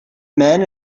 men